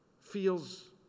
feels